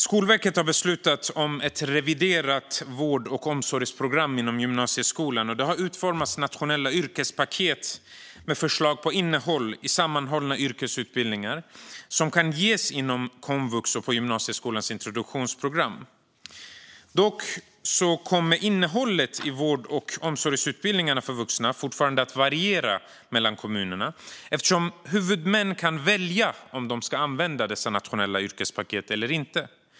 Skolverket har beslutat om ett reviderat vård och omsorgsprogram inom gymnasieskolan. Det har utformats nationella yrkespaket med förslag på innehåll i sammanhållna yrkesutbildningar som kan ges inom komvux och på gymnasieskolans introduktionsprogram. Dock kommer innehållet i vård och omsorgsutbildningarna för vuxna fortfarande att variera mellan kommunerna, eftersom huvudmän kan välja om de ska använda dessa nationella yrkespaket eller inte.